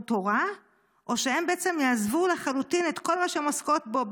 תורה או שהן יעזבו לחלוטין את כל מה שהן עוסקות בו,